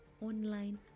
online